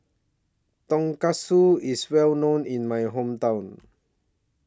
Tonkatsu IS Well known in My Hometown